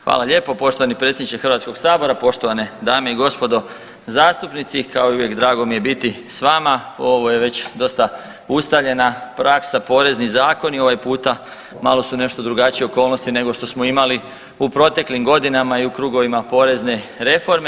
Hvala lijepo poštovani predsjedniče HS, poštovane dame i gospodo zastupnici, kao i uvijek drago mi je biti s vama, ovo je već dosta ustaljena praksa porezni zakoni, ovaj puta malo su nešto drugačije okolnosti nego što smo imali u proteklim godinama i u krugovima porezne reforme.